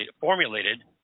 formulated